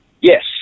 Yes